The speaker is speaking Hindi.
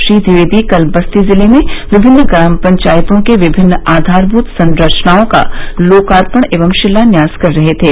श्री द्विवेदी कल बस्ती जिले में विभिन्न ग्राम पंचायतों के विभिन्न आधारभूत संरचनाओं का लोकार्पण एवं शिलान्यास कर रहे थे